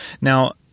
Now